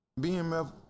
bmf